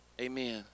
Amen